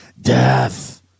death